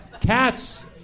cats